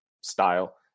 style